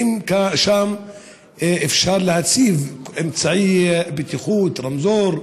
האם גם שם אפשר להציב אמצעי בטיחות, רמזור,